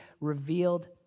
revealed